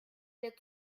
der